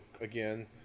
again